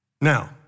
Now